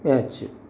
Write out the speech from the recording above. watch